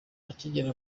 akigera